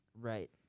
Right